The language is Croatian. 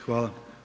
Hvala.